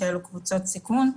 שאלה קבוצות סיכון.